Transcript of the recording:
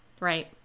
Right